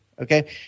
Okay